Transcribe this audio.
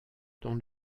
dans